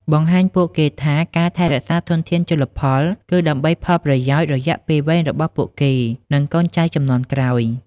បង្ហាញពួកគេថា ការថែរក្សាធនធានជលផល គឺដើម្បីផលប្រយោជន៍រយៈពេលវែងរបស់ពួកគេ និងកូនចៅជំនាន់ក្រោយ។